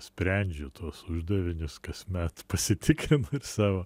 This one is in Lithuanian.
sprendžiu tuos uždavinius kasmet pasitikrint savo